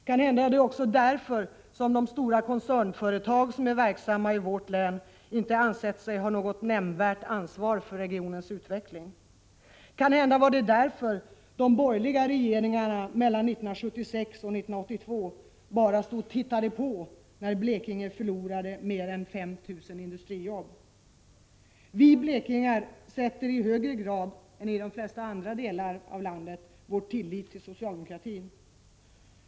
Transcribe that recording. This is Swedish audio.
Kanhända är det också därför som de stora koncernföretag som är verksamma i länet inte ansett sig ha något nämnvärt ansvar för regionens utveckling. Kanhända var det därför de borgerliga regeringarna mellan 1976 och 1982 bara stod och tittade på när Blekinge förlorade mer än 5 000 industrijobb. Vi blekingar sätter vår tillit till socialdemokratin i högre grad än man gör i de flesta andra län.